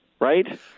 right